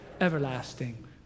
everlasting